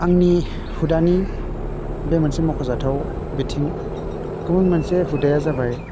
आंनि हुदानि बे मोनसे मख'जाथाव बिथिं गुबुन मोनसे हुदाया जाबाय